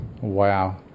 wow